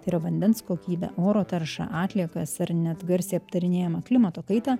tai yra vandens kokybę oro taršą atliekas ar net garsiai aptarinėjamą klimato kaitą